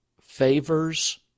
favors